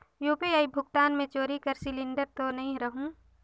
UPI भुगतान मे चोरी कर सिलिंडर तो नइ रहु?